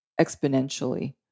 exponentially